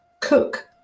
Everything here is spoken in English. cook